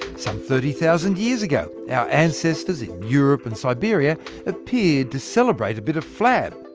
some thirty thousand years ago, our ancestors in europe and siberia appeared to celebrate a bit of flab.